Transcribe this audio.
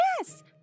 Yes